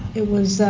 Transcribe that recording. it was.